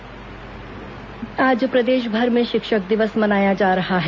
शिक्षक दिवस आज प्रदेशभर में शिक्षक दिवस मनाया जा रहा है